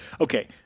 okay